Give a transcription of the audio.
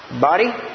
Body